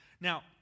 Now